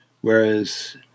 Whereas